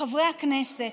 חברי הכנסת,